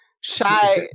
Shy